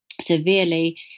severely